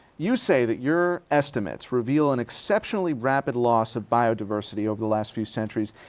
you say that your estimates reveal an exceptionally rapid loss of biodiversity over the last few centuries.